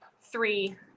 three